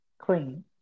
clean